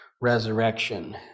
resurrection